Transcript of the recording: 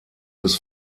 des